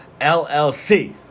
LLC